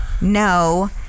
No